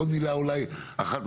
עוד מילה אולי אחת,